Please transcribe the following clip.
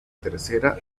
tercera